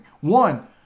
One